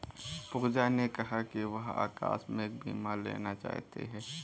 पूजा ने कहा कि वह आकस्मिक बीमा लेना चाहती है